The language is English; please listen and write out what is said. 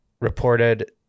reported